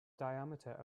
diameter